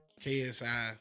ksi